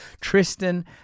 Tristan